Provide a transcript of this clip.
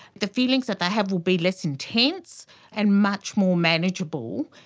the feelings that they have will be less intense and much more manageable.